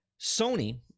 Sony